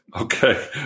Okay